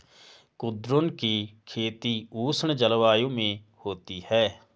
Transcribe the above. कुद्रुन की खेती उष्ण जलवायु में होती है